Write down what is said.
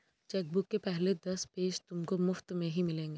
chequebook के पहले दस पेज तुमको मुफ़्त में ही मिलेंगे